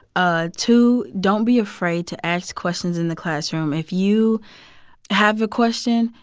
ah two, don't be afraid to ask questions in the classroom. if you have a question,